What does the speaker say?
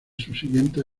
subsiguientes